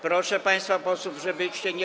Proszę państwa posłów, żebyście nie.